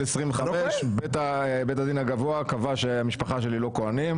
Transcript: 25. בית הדין הגבוה קבע שהמשפחה שלי לא כוהנים.